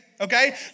Okay